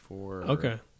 okay